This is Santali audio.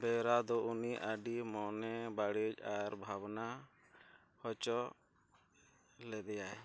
ᱵᱮᱣᱨᱟ ᱫᱚ ᱩᱱᱤ ᱟᱹᱰᱤ ᱢᱚᱱᱮ ᱵᱟᱹᱲᱤᱡ ᱟᱨ ᱵᱷᱟᱵᱽᱱᱟ ᱦᱚᱪᱚ ᱞᱮᱫᱮᱭᱟᱭ